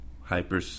hyper